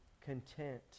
content